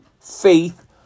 faith